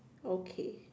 okay